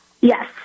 Yes